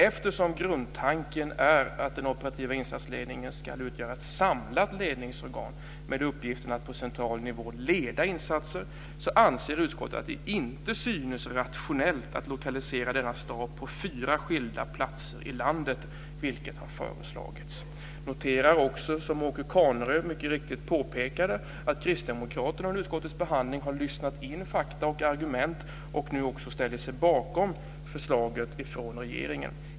Eftersom grundtanken är att den operativa insatsledningen ska utgöra ett samlat ledningsorgan med uppgiften att på central nivå leda insatser anser utskottet att det inte synes rationellt att lokalisera denna stab på fyra skilda platser i landet, vilket har föreslagits. Jag noterar också det som Åke Carnerö mycket riktigt påpekade, att kristdemokraterna under utskottets behandling har lyssnat in fakta och argument och nu också ställer sig bakom förslaget från regeringen.